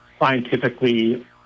scientifically